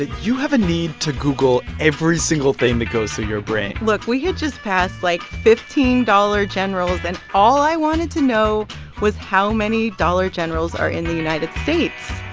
you have a need to google every single thing that goes through your brain look, we had just passed, like, fifteen dollar generals. and all i wanted to know was how many dollar generals are in the united states,